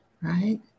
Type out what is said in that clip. right